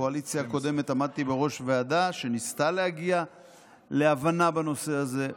בקואליציה הקודמת עמדתי בראש ועדה שניסתה להגיע להבנה בנושא הזה.